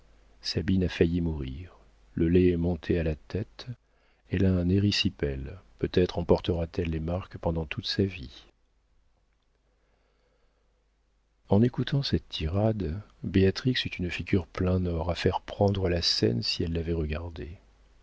sabine a failli mourir le lait est monté à la tête elle a un érésipèle peut-être en portera t elle les marques pendant toute sa vie en écoutant cette tirade béatrix eut une figure plein nord à faire prendre la seine si elle l'avait regardée